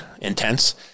intense